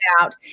out